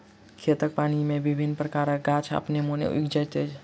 खेतक पानि मे विभिन्न प्रकारक गाछ अपने मोने उगि जाइत छै